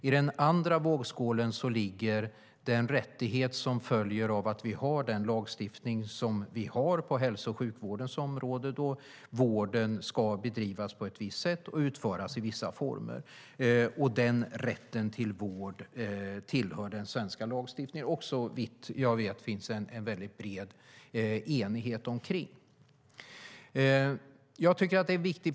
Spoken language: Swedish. Å andra sidan finns den rättighet som följer av den lagstiftning vi har på hälso och sjukvårdens område, om att vården ska bedrivas på ett visst sätt och utföras i vissa former. Den rätten till vård hör till den svenska lagstiftningen, och så vitt jag vet finns det bred enighet om detta.